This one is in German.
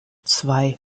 zwei